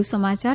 વધુ સમાચાર